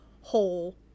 whole